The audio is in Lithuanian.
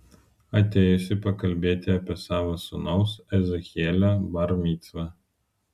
atėjusi pakalbėti apie savo sūnaus ezechielio bar micvą